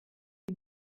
die